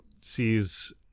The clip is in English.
sees